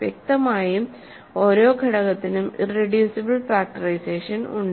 വ്യക്തമായും ഓരോ ഘടകത്തിനും ഇറെഡ്യൂസിബിൾ ഫാക്ടറൈസേഷൻ ഉണ്ട്